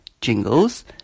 jingles